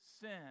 sin